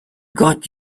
got